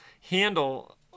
handle